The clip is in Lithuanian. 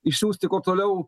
išsiųsti kuo toliau